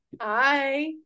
Hi